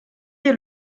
est